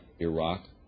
Iraq